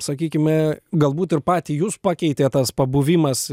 sakykime galbūt ir patį jus pakeitė tas pabuvimas